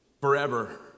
forever